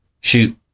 shoot